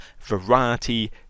variety